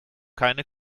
keine